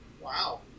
Wow